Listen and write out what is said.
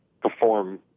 perform